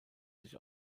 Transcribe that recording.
sich